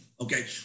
Okay